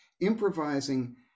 improvising